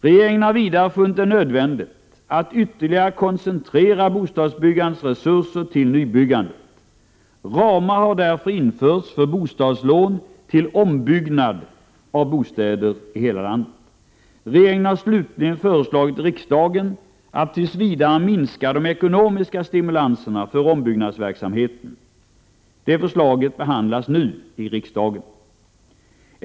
Regeringen har vidare funnit det nödvändigt att ytterligare koncentrera bostadsbyggandets resurser till nybyggandet. Ramar har därför införts för bostadslån till ombyggnad av bostäder i hela landet. Regeringen har slutligen föreslagit riksdagen att tills vidare minska de ekonomiska stimulanserna för ombyggnadsverksamheten. Det förslaget behandlas nu i riksdagen.